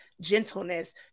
gentleness